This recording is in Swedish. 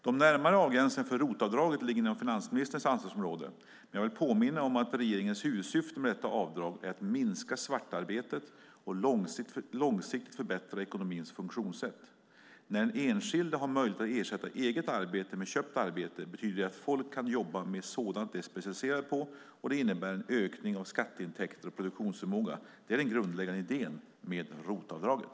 De närmare avgränsningarna för ROT-avdraget ligger inom finansministerns ansvarsområde, men jag vill påminna om att regeringens huvudsyfte med detta avdrag är att minska svartarbetet och långsiktigt förbättra ekonomins funktionssätt. När den enskilde har möjlighet att ersätta eget arbete med köpt arbete betyder det att folk kan jobba med sådant de är specialiserade på, och det innebär en ökning av skatteintäkter och produktionsförmåga. Det är den grundläggande idén med ROT-avdraget.